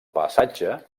passatge